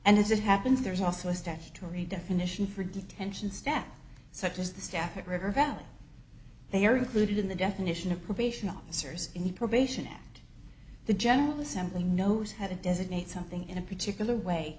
and as it happens there's also a statutory definition for detention staff such as the staff at river valley they are included in the definition of probation officers in the probation act the general assembly knows how to designate something in a particular way